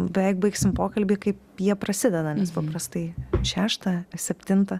beveik baigsim pokalbį kaip jie prasideda nes paprastai šeštą septintą